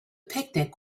picnic